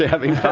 having